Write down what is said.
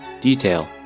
Detail